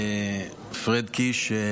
פרד קיש,